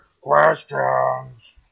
questions